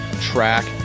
track